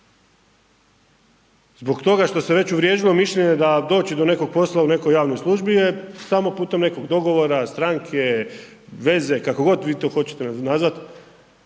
Zbog toga što se već uvriježilo mišljenje da doći do nekog posla u nekoj javnoj službi je samo putem nekog dogovora, stranke, veze kako god vi to hoćete nazvat